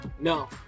No